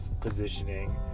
positioning